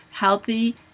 healthy